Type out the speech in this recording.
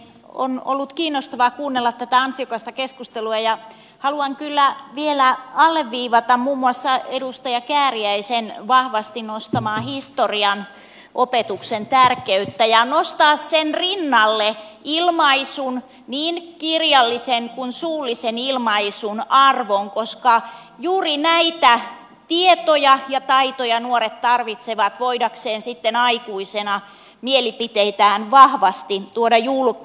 on ollut kiinnostavaa kuunnella tätä ansiokasta keskustelua ja haluan kyllä vielä alleviivata muun muassa edustaja kääriäisen vahvasti nostamaa historian opetuksen tärkeyttä ja nostaa sen rinnalle ilmaisun niin kirjallisen kuin suullisen ilmaisun arvon koska juuri näitä tietoja ja taitoja nuoret tarvitsevat voidakseen sitten aikuisena mielipiteitään vahvasti tuoda julki